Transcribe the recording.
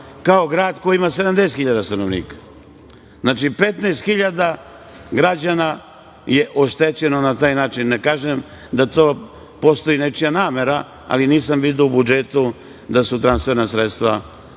kao grad koji ima 70 hiljada stanovnika. Znači, 15 hiljada građana je oštećeno na taj način. Ne kažem da postoji nečija namera, ali nisam video u budžetu da su transferna sredstva povećana,